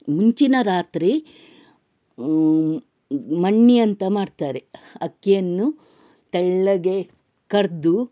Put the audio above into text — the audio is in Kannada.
ಮುಂಚಿನ ರಾತ್ರಿ ಮಣ್ಣಿ ಅಂತ ಮಾಡ್ತಾರೆ ಅಕ್ಕಿಯನ್ನು ತೆಳ್ಳಗೆ ಕಡೆದು